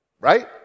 Right